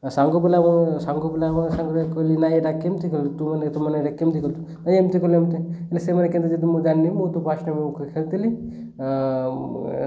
ଆଉ ସାଙ୍ଗ ପିଲାଙ୍କର ସାଙ୍ଗ ପିଲାଙ୍କର ସାଙ୍ଗରେ କହିଲି ନାଇଁ ଏଟା କେମିତି ଖେଳୁଛ ତୁମେମାନେ ଏଟା କେମିତି ଖେଳୁଛ ନାଇ ଏମିତି ଖେଳ ଏମିତି ସେମାନେ କେମିତି ଖେଳନ୍ତି ମୁଁ ତ ଜାଣିନାହିଁ ମୁଁ ତ ଫାର୍ଷ୍ଟ୍ ଟାଇମ୍ ଖେଳୁଥିଲି